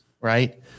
right